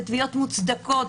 ותביעות מוצדקות,